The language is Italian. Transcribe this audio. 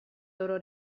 loro